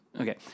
Okay